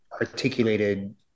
articulated